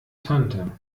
tante